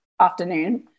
afternoon